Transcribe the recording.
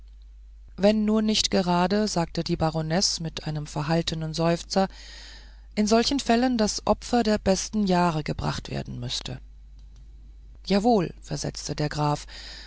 wenn nur nicht gerade sagte die baronesse mit einem verhaltenen seufzer in solchen fällen das opfer der besten jahre gebracht werden müßte jawohl versetzte der graf